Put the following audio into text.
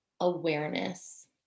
awareness